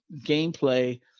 gameplay